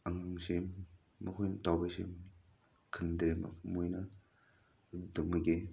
ꯑꯉꯥꯡꯁꯦ ꯃꯈꯣꯏꯅ ꯇꯧꯕꯁꯦ ꯈꯪꯗ꯭ꯔꯦ ꯃꯣꯏꯅ ꯃꯣꯏꯅꯒꯤ